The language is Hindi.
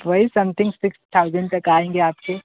वही समथिंग सिक्स थाउजेंट तक आएंगे आप के